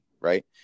right